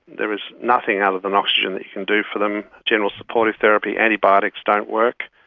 there is nothing other than oxygen that you can do for them, general supportive therapy. antibiotics don't work.